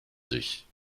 sich